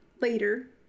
later